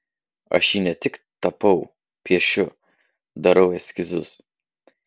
aš jį ne tik tapau piešiu darau eskizus